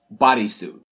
bodysuit